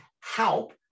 help